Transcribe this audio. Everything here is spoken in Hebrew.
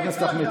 זו המסכה שלו,